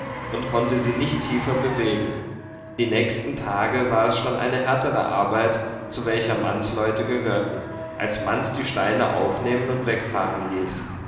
und konnte sie nicht tiefer bewegen die nächsten tage war es schon eine härtere arbeit zu welcher mannsleute gehörten als manz die steine aufnehmen und wegfahren ließ